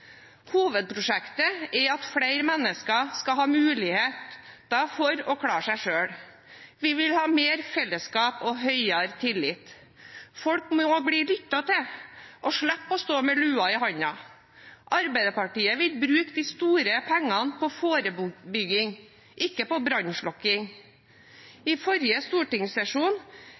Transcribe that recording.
Hovedprosjektet er at flere mennesker skal ha muligheter for å klare seg selv. Vi vil ha mer fellesskap og større tillit. Folk må bli lyttet til og slippe å stå med lua i hånda. Arbeiderpartiet vil bruke de store pengene på forebygging, ikke på brannslukking. Forrige stortingssesjon